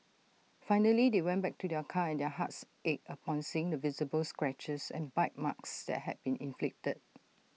finally they went back to their car and their hearts ached upon seeing the visible scratches and bite marks that had been inflicted